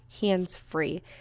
hands-free